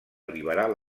liberal